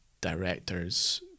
directors